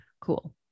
Cool